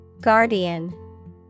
Guardian